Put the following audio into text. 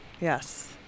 Yes